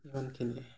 ইমানখিনিয়ে